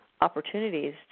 opportunities